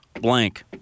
blank